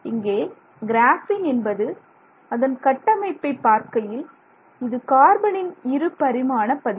இங்கே கிராபின் என்பது அதன் கட்டமைப்பை பார்க்கையில் இது கார்பனின் இருபரிமாண பதிப்பு